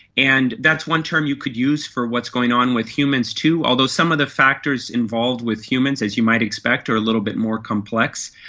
and that's one term you could use for what's going on with humans too, although some of the factors involved with humans, as you might expect, are a little bit more complex,